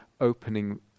opening